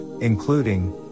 including